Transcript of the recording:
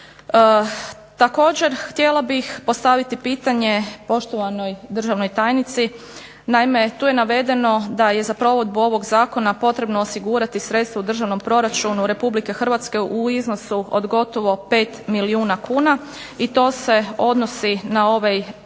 Također htjela bih postaviti pitanje poštovanoj državnoj tajnici. Naime, tu je navedeno da je za provedbu ovog zakona potrebno osigurati sredstva u Državnom proračunu Republike Hrvatske u iznosu od gotovo 5 milijuna kuna. I to se odnosi na ovaj